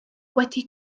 wedi